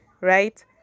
right